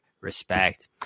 respect